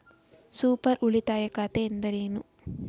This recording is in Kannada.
ಸೂಪರ್ ಉಳಿತಾಯ ಖಾತೆ ಎಂದರೇನು?